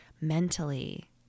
mentally